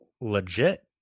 legit